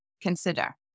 consider